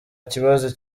kibazo